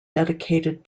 dedicated